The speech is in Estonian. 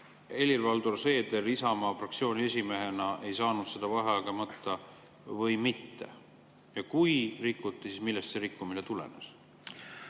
Helir-Valdor Seeder Isamaa fraktsiooni esimehena ei saanud vaheaega võtta, või mitte? Kui rikuti, siis millest see rikkumine tulenes?